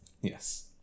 Yes